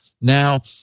Now